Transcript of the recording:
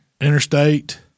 Interstate